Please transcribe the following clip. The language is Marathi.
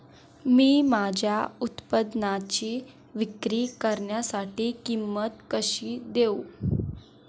मी माझ्या उत्पादनाची विक्री करण्यासाठी किंमत कशी देऊ?